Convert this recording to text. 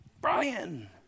Brian